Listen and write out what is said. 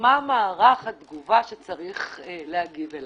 מה מערך התגובה שצריך להגיב אליו.